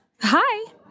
Hi